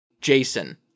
Jason